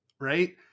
right